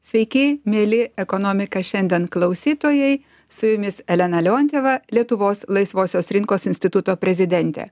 sveiki mieli ekonomika šiandien klausytojai su jumis elena leontjeva lietuvos laisvosios rinkos instituto prezidentė